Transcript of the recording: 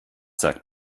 sagt